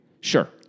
Sure